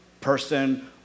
person